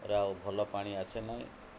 ଆଉ ଭଲ ପାଣି ଆସେ ନାହିଁ